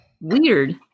weird